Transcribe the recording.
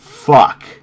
Fuck